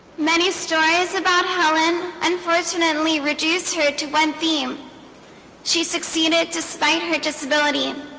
many stories about helen unfortunately reduced her to one theme she succeeded despite her disability